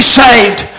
saved